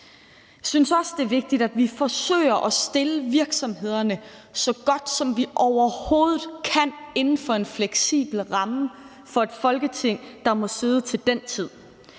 Jeg synes også, det er vigtigt, at vi forsøger at stille virksomhederne så godt, som vi overhovedet kan i forhold til at sætte en fleksibel ramme for det Folketing, der måtte sidde til den tid.